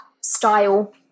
style